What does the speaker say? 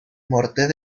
morter